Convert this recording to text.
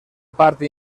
parte